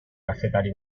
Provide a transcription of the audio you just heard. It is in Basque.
kazetari